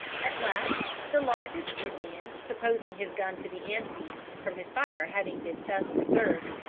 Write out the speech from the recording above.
at last the largest indian, supposing his gun to be empty, from his fire having been thus reserved,